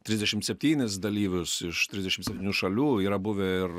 trisdešim septynis dalyvius iš trisdešim septynių šalių yra buvę ir